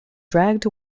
dragged